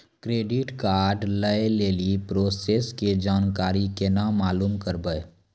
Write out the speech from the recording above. Credit card लय लेली process के जानकारी केना मालूम करबै?